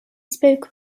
spoke